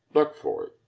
look for it.